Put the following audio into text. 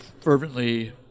fervently